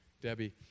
Debbie